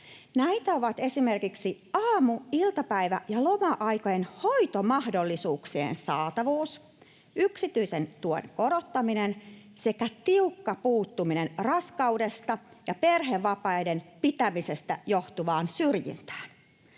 Näitä ovat esimerkiksi aamu-, iltapäivä- ja loma-aikojen hoitomahdollisuuksien saatavuus, yksityisen tuen korottaminen sekä tiukka puuttuminen raskaudesta ja perhevapaiden pitämisestä johtuvaan syrjintään.